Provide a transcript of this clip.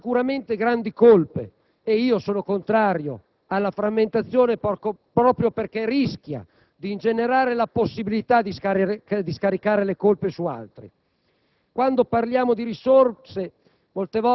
caro Governo, dietro alle Regioni, che hanno sicuramente grandi colpe: sono contrario alla frammentazione proprio perché rischia di ingenerare la possibilità di scaricare le colpe su altri.